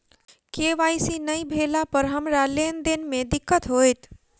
KYC नै भेला पर हमरा लेन देन मे दिक्कत होइत?